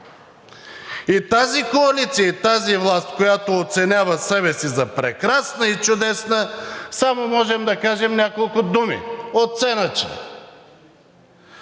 И тази коалиция, и тази власт, която оценява себе си за прекрасна и чудесна, само можем да кажем няколко думи – оценъчна.